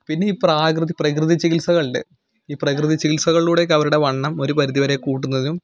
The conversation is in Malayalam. പിന്നെ ഈ പ്രകൃതി പ്രകൃതി ചികിത്സകൾ ഉണ്ട് ഈ പ്രകൃതി ചികിത്സകളിലൂടെ ഒക്കെ അവരുടെ വണ്ണം ഒരു പരിധി വരെ കൂട്ടുന്നതിനും